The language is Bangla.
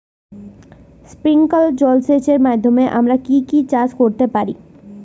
স্প্রিংকলার জলসেচের মাধ্যমে আমরা কি কি চাষ করতে পারি?